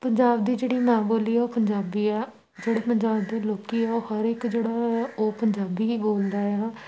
ਪੰਜਾਬ ਦੀ ਜਿਹੜੀ ਮਾਂ ਬੋਲੀ ਆ ਉਹ ਪੰਜਾਬੀ ਆ ਜਿਹੜੇ ਪੰਜਾਬ ਦੇ ਲੋਕ ਆ ਉਹ ਹਰ ਇੱਕ ਜਿਹੜਾ ਉਹ ਪੰਜਾਬੀ ਹੀ ਬੋਲਦਾ ਆ